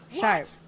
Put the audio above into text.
sharp